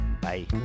bye